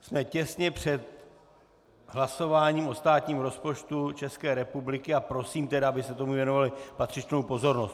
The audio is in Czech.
Jsme těsně před hlasováním o státním rozpočtu České republiky, a prosím tedy, abyste tomu věnovali patřičnou pozornost.